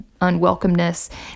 unwelcomeness